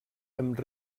amb